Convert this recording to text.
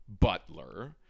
butler